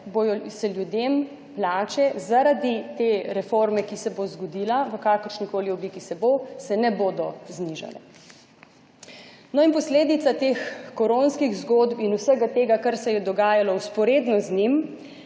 se ljudem plače zaradi te reforme, ki se bo zgodila v kakršnikoli obliki, se bo, se ne bodo znižale. No in posledica teh koronskih zgodb in vsega tega, kar se je dogajalo vzporedno z njim,